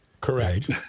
Correct